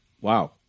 Wow